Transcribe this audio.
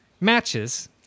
matches